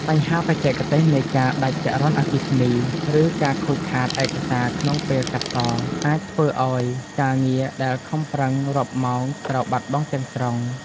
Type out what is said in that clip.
បញ្ហាបច្ចេកទេសនៃការដាច់ចរន្តអគ្គិសនី ឬការខូចខាតឯកសារក្នុងពេលកាត់ត អាចធ្វើឱ្យការងារដែលខំប្រឹងរាប់ម៉ោងត្រូវបាត់បង់ទាំងស្រុង។